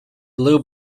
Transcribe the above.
blue